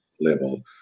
level